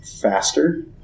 faster